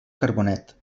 carbonet